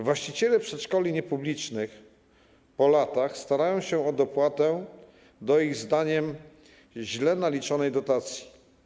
Właściciele przedszkoli niepublicznych po latach starają się o dopłatę do ich zdaniem źle naliczonej dotacji.